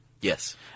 Yes